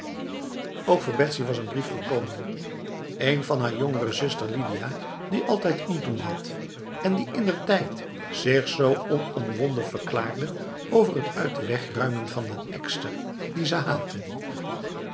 ook voor betsy was een brief gekomen een van haar jongere zuster lidia die altijd oentoeng had en die indertijd zich zo onomwonden verklaarde over het uit de weg ruimen van den ekster die ze